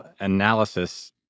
analysis